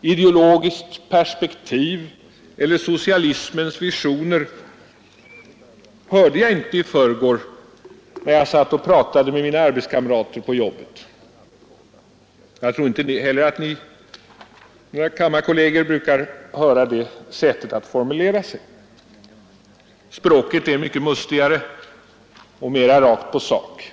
ideologiskt perspektiv eller socialismens visioner hörde jag inte i förrgår, när jag satt och pratade med mina kamrater på jobbet. Jag tror inte heller att kammarkollegerna brukar höra det sättet att formulera sig. Språket är mycket mustigare och mera rakt på sak.